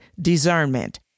discernment